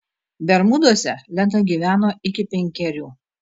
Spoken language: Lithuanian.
bermuduose lena gyveno iki penkerių